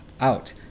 out